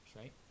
right